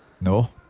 No